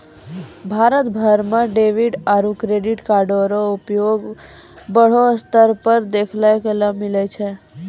भारत भर म डेबिट आरू क्रेडिट कार्डो र प्रयोग बड़ो स्तर पर देखय ल मिलै छै